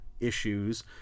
issues